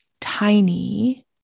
tiny